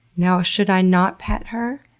now, should i not pet her?